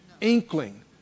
inkling